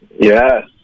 Yes